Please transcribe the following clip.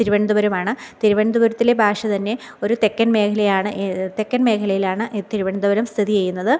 തിരുവനന്തപുരമാണ് തിരുവനന്തപുരത്തിലെ ഭാഷതന്നെ ഒരു തെക്കൻ മേഖലയാണ് തെക്കൻ മേഖലയിലാണ് ഈ തിരുവനന്തപുരം സ്ഥിതി ചെയ്യുന്നത്